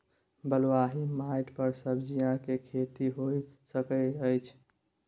बलुआही माटी पर सब्जियां के खेती होय सकै अछि?